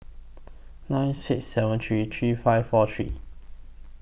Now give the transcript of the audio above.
nine six seven three three five four three